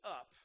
up